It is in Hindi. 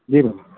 जी मैम